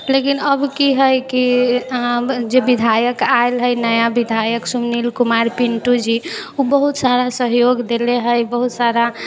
लेकिन अब की हइ कि आब जे विधायक आयल हइ नया विधायक सुनील कुमार पिंटू जी ओ बहुत सारा सहयोग देले हइ बहुत सारा